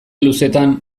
luzetan